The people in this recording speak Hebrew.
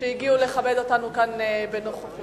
שהגיעו לכבד אותנו כאן בנוכחותם,